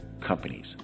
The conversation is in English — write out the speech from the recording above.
companies